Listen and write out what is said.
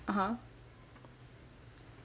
(uh huh)